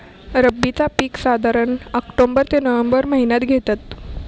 रब्बीचा पीक साधारण ऑक्टोबर ते नोव्हेंबर महिन्यात घेतत